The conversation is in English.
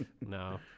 No